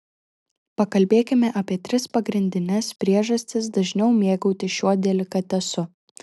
pakalbėkime apie tris pagrindines priežastis dažniau mėgautis šiuo delikatesu